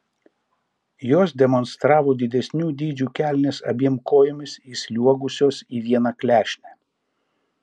jos demonstravo didesnių dydžių kelnes abiem kojomis įsliuogusios į vieną klešnę